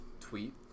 tweet